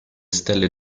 stelle